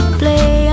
play